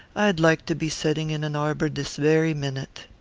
i'd like to be setting in an arbour dis very minute.